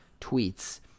tweets